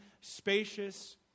spacious